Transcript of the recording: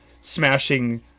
smashing